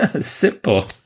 simple